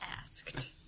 asked